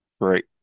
Right